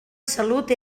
salut